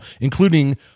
including